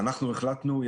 אנחנו החלטנו,